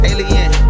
Alien